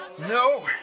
no